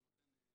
אבל נותן מענה.